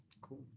Cool